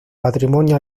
patrimonio